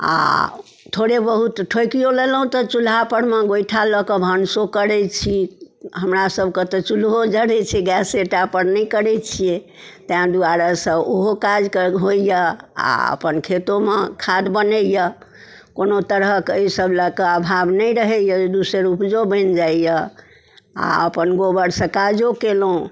आओर थोड़े बहुत ठोकिओ लेलहुँ तऽ चुल्हापरमे गोइठा लऽ कऽ भानसो करै छी हमरासबके तऽ चुल्हो जरै छै गैसेटापर नहि करै छिए ताहि दुआरेसँ ओहो काजके होइए आओर अपन खेतोमे खाद बनैए कोनो तरहके एहिसब लऽ कऽ अभाव नहि रहैए एक दुइ सेर उपजो बनि जाइए आओर अपन गोबरसँ काजो कएलहुँ